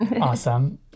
Awesome